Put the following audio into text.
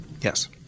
Yes